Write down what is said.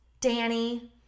Danny